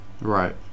Right